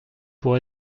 pour